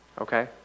Okay